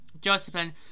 Josephine